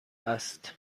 است